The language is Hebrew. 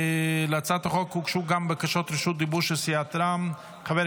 להצעת החוק הוגשו גם בקשות רשות דיבור של סיעת רע"מ.